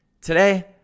Today